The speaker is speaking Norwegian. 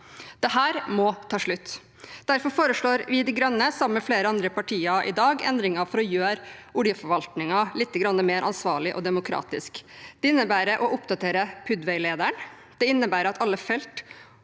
Dette må ta slutt. Derfor foreslår vi i Miljøpartiet De Grønne i dag, sammen med flere andre partiene, endringer for å gjøre oljeforvaltningen litt mer ansvarlig og demokratisk. Det innebærer å oppdatere PUD-veilederen, det innebærer at alle felt